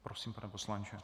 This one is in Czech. Prosím, pane poslanče.